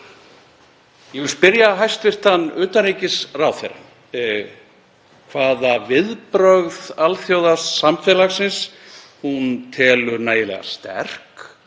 Ég vil spyrja hæstv. utanríkisráðherra hvaða viðbrögð alþjóðasamfélagsins hún telur nægilega sterk